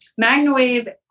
MagnaWave